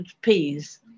peas